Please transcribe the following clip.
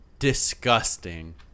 Disgusting